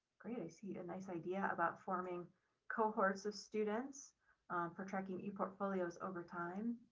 great, i see a nice idea about forming cohorts of students for tracking e portfolios over time.